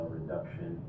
reduction